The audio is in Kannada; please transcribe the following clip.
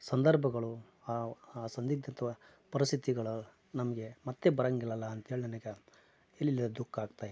ಸಂದರ್ಭಗಳು ಆ ಆ ಸಂದಿಗ್ದಿತ ಪರಿಸ್ಥಿತಿಗಳು ನಮಗೆ ಮತ್ತು ಬರಂಗಿಲ್ಲಲ್ಲಾ ಅಂತೇಳಿ ನನಗೆ ಎಲ್ಲಿಲ್ಲದ ದುಃಖ ಆಗ್ತಾಯಿದೆ